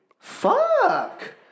fuck